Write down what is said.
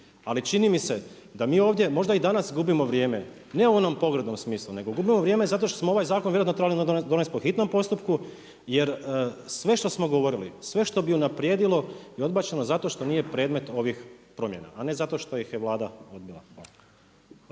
ali čini mi se da mi ovdje možda i danas gubimo vrijeme, ne u onom pogrdnom smislu, nego gubimo vrijeme zato što smo ovaj zakon trebali donijeti po hitnom postupku, jer sve što smo govorili, sve što bi unaprijedilo je odbačeno zato što nije predmet ovih promjena, a ne zato što ih je Vlada odbila.